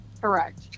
Correct